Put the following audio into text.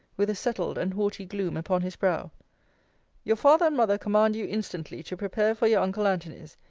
with a settled and haughty gloom upon his brow your father and mother command you instantly to prepare for your uncle antony's.